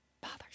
bothers